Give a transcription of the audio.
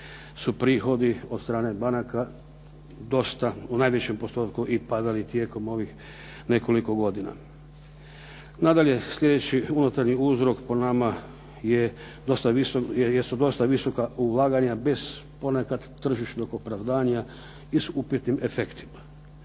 su prihodi od strane banaka dosta u najvećem postotku padali tijekom ovih nekoliko godina. Nadalje, sljedeći unutarnji uzrok po nama jesu dosta visoka ulaganja bez nekad dodatnog tržišnog opravdanja i s upitnim efektima.